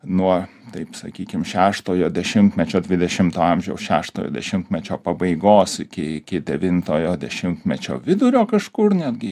nuo taip sakykim šeštojo dešimtmečio dvidešimto amžiaus šeštojo dešimtmečio pabaigos iki devintojo dešimtmečio vidurio kažkur netgi